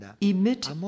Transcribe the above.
emit